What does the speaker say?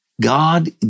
God